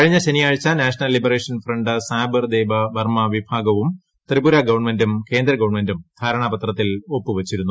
കഴിഞ്ഞ ഞായറാഴ്ച National Liberation Front Sabir Deb Barma വിഭാഗവും ത്രിപുര ഗവൺമെൻ്റും കേന്ദ്ര ഗവൺമെൻ്റും ധാരണാ പത്രത്തിൽ ഒപ്പു വെച്ചിരുന്നു